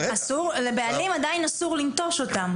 לבעלים עדיין אסור לנטוש אותם.